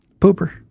Pooper